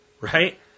right